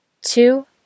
two